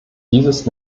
dieses